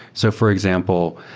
so for example,